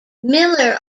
miller